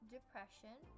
Depression